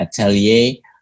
Atelier